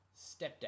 stepdad